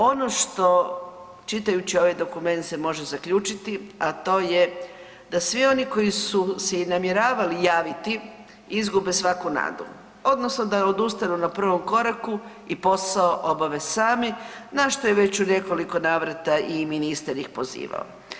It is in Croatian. Ono što, čitajući ovaj dokument se može zaključiti, a to je da svi oni koji su se i namjeravali javiti izgube svaku nadu odnosno da odustanu na prvom koraku i posao obave sami, na što je već u nekoliko navrata i ministar ih pozivao.